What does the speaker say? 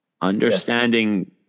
understanding